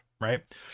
right